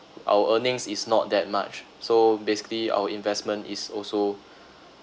our earnings is not that much so basically our investment is also